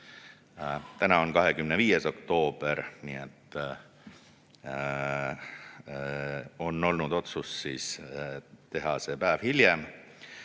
Täna on 25. oktoober, on olnud otsus teha see päev hiljem.